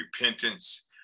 repentance